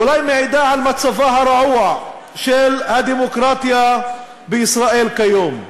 אולי מעידה על מצבה הרעוע של הדמוקרטיה בישראל כיום,